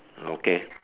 okay